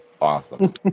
awesome